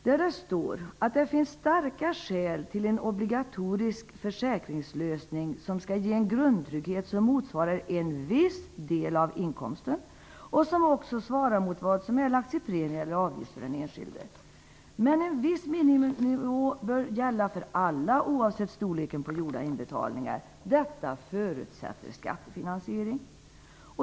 Där står det: Det finns starka skäl till en obligatorisk försäkringslösning som skall ge en grundtrygghet som motsvarar en viss del av inkomsten och som också svarar mot vad som erlagts i premie eller avgift för den enskilde. Men en viss miniminivå bör gälla för alla oavsett storleken på gjorda inbetalningar. Detta förutsätter skattefinansiering.